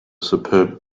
superb